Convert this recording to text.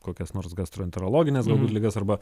kokias nors gastroenterologines ligas arba